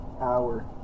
hour